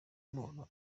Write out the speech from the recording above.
muntu